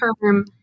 term